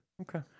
Okay